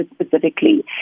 specifically